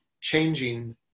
changing